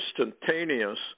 instantaneous